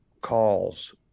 calls